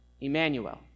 Emmanuel